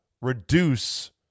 reduce